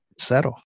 settle